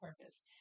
purpose